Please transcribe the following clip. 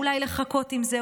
אולי לחכות עם זה,